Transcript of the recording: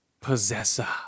Possessor